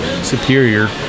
superior